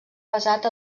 basat